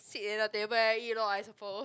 sit in a table and eat lor I suppose